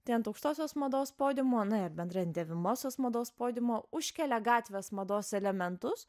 tai ant aukštosios mados podiumo na ir bendrai ant dėvimosios mados podiumo užkėlė gatvės mados elementus